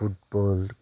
football